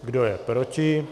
Kdo je proti?